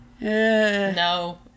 No